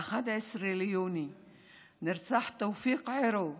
ב-11 ביוני נרצח תופיק ערו מג'ת,